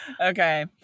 Okay